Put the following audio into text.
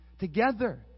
Together